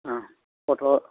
ᱦᱮᱸ ᱯᱚᱴᱚᱞ